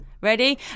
Ready